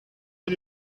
are